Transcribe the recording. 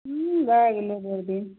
हुँ भए गेलय जल्दी